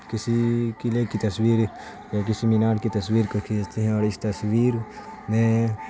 کسی قلعے کی تصویر یا کسی مینار کی تصویر کو کھینچتے ہیں اور اس تصویر میں